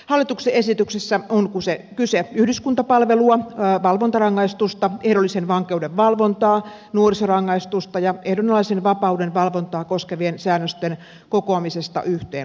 hallituksen esityksessä on kyse yhdyskuntapalvelua valvontarangaistusta ehdollisen vankeuden valvontaa nuorisorangaistusta ja ehdonalaisen vapauden valvontaa koskevien säännösten kokoamisesta yhteen lakiin